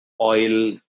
oil